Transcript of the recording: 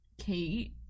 Kate